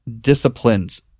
disciplines